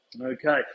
Okay